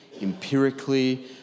empirically